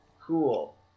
Cool